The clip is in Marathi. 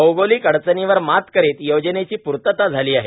औगोलिक अडचर्णीवर मात करीत योजनेची पूर्तता झाली आहे